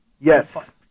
Yes